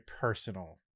personal